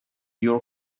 your